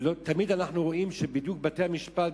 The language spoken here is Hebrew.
תמיד אנחנו רואים שבדיוק בתי-המשפט,